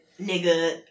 nigga